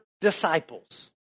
disciples